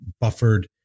buffered